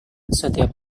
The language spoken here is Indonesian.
setiap